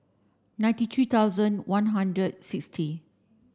ninety three thousand one hundred sixty